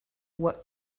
what